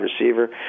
receiver